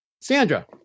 Sandra